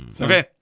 Okay